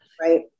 right